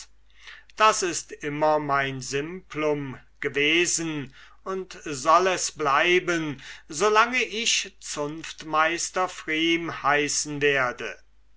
das ist immer mein simplum gewesen und soll es bleiben so lange ich zunftmeister pfrieme heißen werde